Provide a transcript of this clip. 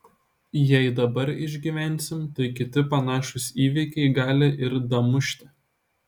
jei dabar išgyvensim tai kiti panašūs įvykiai gali ir damušti